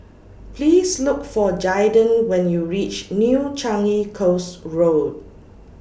Please Look For Jaiden when YOU REACH New Changi Coast Road